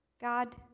God